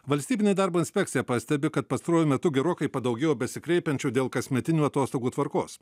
valstybinė darbo inspekcija pastebi kad pastaruoju metu gerokai padaugėjo besikreipiančių dėl kasmetinių atostogų tvarkos